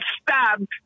stabbed